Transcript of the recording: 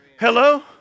Hello